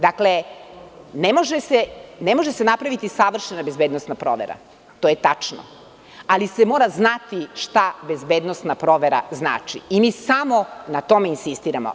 Dakle, ne može se napraviti savršena bezbednosna provera, to je tačno, ali se mora znati šta bezbednosna provera znači i mi samo na tome insistiramo.